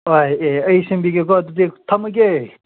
ꯍꯣꯏ ꯑꯦ ꯑꯩ ꯁꯤꯟꯕꯤꯒꯦꯀꯣ ꯑꯗꯨꯗꯤ ꯊꯝꯃꯒꯦ